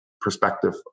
perspective